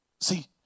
See